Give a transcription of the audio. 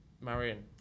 Marion